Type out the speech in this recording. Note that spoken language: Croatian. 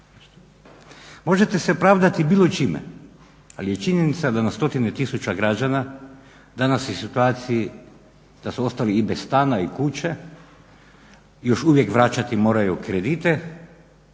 možete se pravdati bilo čime, ali je činjenica da na stotine tisuća građana danas u situaciji da su ostali i bez stana i kuće, još uvijek vraćati moraju kredite